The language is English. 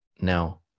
Now